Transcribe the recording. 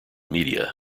media